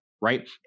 Right